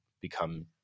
become